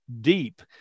deep